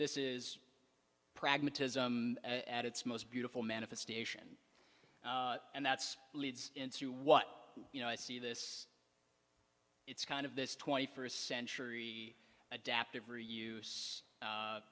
this is pragmatism at its most beautiful manifestation and that's leads into what you know i see this it's kind of this twenty first century adaptive reuse